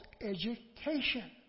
education